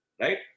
Right